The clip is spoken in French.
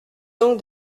donc